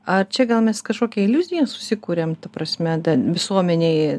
ar čia gal mes kažkokią iliuziją susikuriam ta prasme visuomenėj